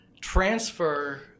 transfer